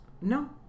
no